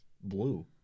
blue